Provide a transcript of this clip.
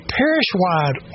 parish-wide